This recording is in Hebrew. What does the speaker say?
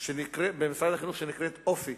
במשרד החינוך שנקראת: אופ"י,